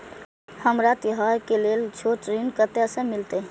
हमरा त्योहार के लेल छोट ऋण कते से मिलते?